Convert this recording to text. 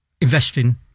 investing